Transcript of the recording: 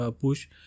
push